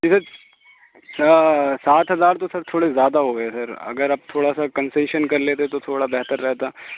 جی sir اچھا سات ہزار تو تھوڑے زیادہ ہو گئے سر اگر آپ تھوڑا سا کنسیشن کر لیتے تو تھوڑا بہتر رہتا